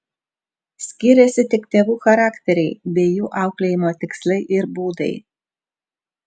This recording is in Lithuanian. skyrėsi tik tėvų charakteriai bei jų auklėjimo tikslai ir būdai